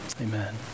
Amen